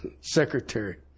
secretary